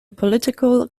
political